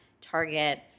Target